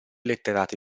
letterati